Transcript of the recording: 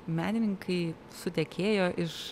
menininkai sutekėjo iš